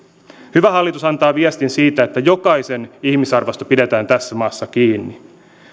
hyvä hallitus antaa viestin siitä että jokaisen ihmisarvosta pidetään tässä maassa kiinni